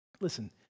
Listen